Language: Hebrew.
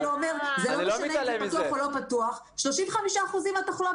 אתה כאילו אומר: זה לא משנה אם זה פתוח או לא פתוח 35% מהתחלואה